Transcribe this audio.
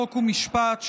חוק ומשפט,